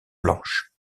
blanche